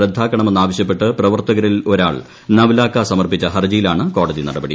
റദ്ദാക്കണമെന്ന് ആവശ്യപ്പെട്ട് പ്രവർത്തകരിൽ ഒരാൾ നവ്ലാക്ക സമർപ്പിച്ച ഹർജിയിലാണ് കോടതി നടപടി